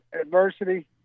adversity